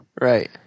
Right